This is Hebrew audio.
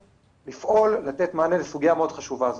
לפעול לתת מענה לסוגיה מאוד חשובה זו.